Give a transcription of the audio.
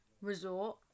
resort